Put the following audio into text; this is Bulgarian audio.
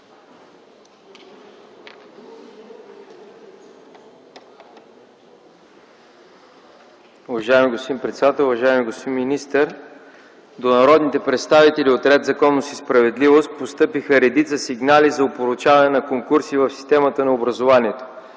Уважаеми господин председател, уважаеми господин министър! До народните представители от „Ред, законност и справедливост” постъпиха редица сигнали за опорочаване на конкурси в системата на образованието.